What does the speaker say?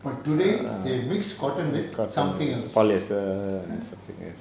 but today they mix cotton with something else